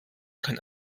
kann